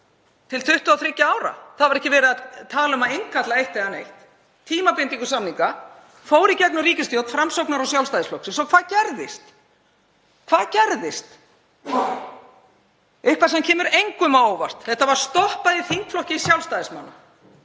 til 23 ára. Það var ekki verið að tala um að innkalla eitt eða neitt. Tímabinding samninga fór í gegnum ríkisstjórn Framsóknar- og Sjálfstæðisflokksins og hvað gerðist? Eitthvað sem kemur engum á óvart, það var stoppað í þingflokki Sjálfstæðismanna.